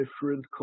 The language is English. different